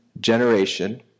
generation